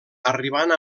arribant